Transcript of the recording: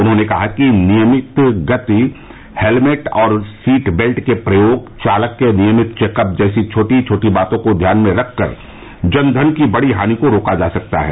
उन्होंने कहा कि नियंत्रित गति हेलमेट और सीट बेल्ट के प्रयोग चालक के नियमित चेकअप जैसी छोटी छोटी बातों को ध्यान में रखकर जनधन की बड़ी हानि को रोका जा सकता है